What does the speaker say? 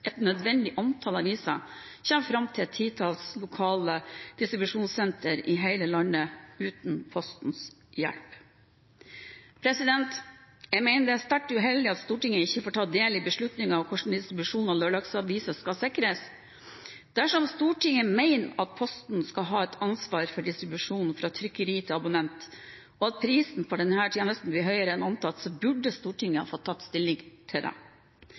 et nødvendig antall aviser kommer fram til et titalls lokale distribusjonssenter i hele landet uten Postens hjelp. Jeg mener det er sterkt uheldig at Stortinget ikke får ta del i beslutningen om hvordan distribusjonen av lørdagsaviser skal sikres. Dersom Stortinget mener at Posten skal ha et ansvar for distribusjonen fra trykkeri til abonnent, og at prisen for denne tjenesten blir høyere enn antatt, burde Stortinget få ta stilling til